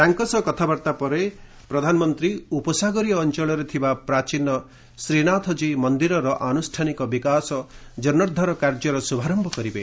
ତାଙ୍କ ସହ କଥାବାର୍ତ୍ତା ପରେ ପ୍ରଧାନମନ୍ତ୍ରୀ ଉପସାଗରୀ ଅଞ୍ଚଳରେ ଥିବା ପ୍ରାଚୀନ ଶ୍ରୀନାଥ ଜୀ ମନ୍ଦିରର ଆନୁଷ୍ଠାନିକ ବିକାଶ ଜୀର୍ଣ୍ଣୋଦ୍ଧାର କାର୍ଯ୍ୟର ଶୁଭାରମ୍ଭ କରିବେ